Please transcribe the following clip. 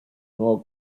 nuevo